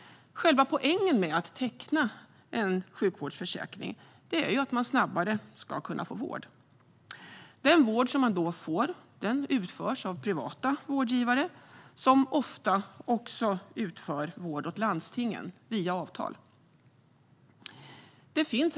Själva poängen med att teckna en sjukvårdsförsäkring är att man snabbare ska kunna få vård. Den vård man då får utförs av privata vårdgivare som ofta också utför vård åt landstingen via avtal. Herr talman!